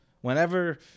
whenever